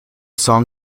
song